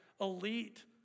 elite